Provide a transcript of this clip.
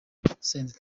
senderi